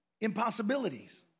Impossibilities